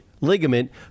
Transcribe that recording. ligament